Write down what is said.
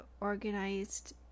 organized